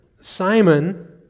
Simon